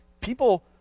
People